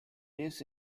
lives